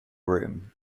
room